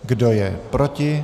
Kdo je proti?